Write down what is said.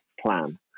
plan